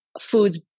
foods